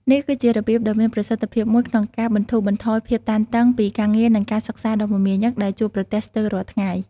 នេះគឺជារបៀបដ៏មានប្រសិទ្ធភាពមួយក្នុងការបន្ធូរបន្ថយភាពតានតឹងពីការងារនិងការសិក្សាដ៏មមាញឹកដែលជួបប្រទះស្ទើររាល់ថ្ងៃ។